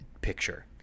picture